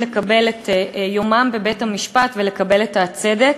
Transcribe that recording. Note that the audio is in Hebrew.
לקבל את יומם בבית-המשפט ולקבל את הצדק.